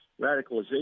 radicalization